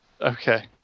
okay